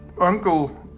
uncle